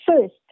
first